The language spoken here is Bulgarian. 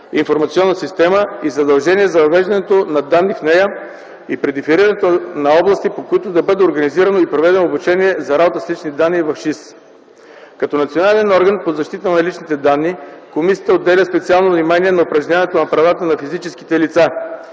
информационна система и задължение за въвеждането на данни в нея и при дефинирането на области, по които да бъде организирано и проведено обучение по ШИС. Като национален орган по защита на личните данни, комисията отделя специално внимание на упражняването на правата на физическите лица.